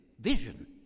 vision